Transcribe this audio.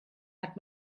hat